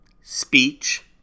speech